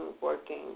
working